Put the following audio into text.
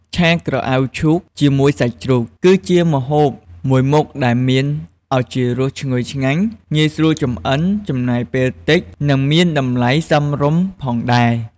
ឆាក្រអៅឈូកជាមួយសាច់ជ្រូក គឺជាម្ហូបមួយមុខដែលមានឱជារសឈ្ងុយឆ្ងាញ់ ងាយស្រួលចម្អិន ចំណាយពេលតិច និងមានតម្លៃសមរម្យផងដែរ។